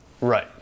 Right